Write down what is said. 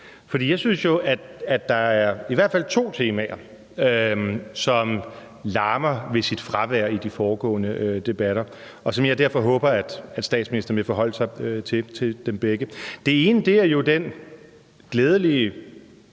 jeg synes, at der i hvert fald er to temaer, som larmer ved deres fravær i de foregående debatter, og derfor håber jeg, at statsministeren vil forholde sig til dem begge. Det ene er jo den glædelige